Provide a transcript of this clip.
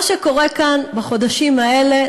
מה שקורה כאן בחודשים האלה,